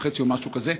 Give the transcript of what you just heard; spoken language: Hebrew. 1.5% או משהו כזה,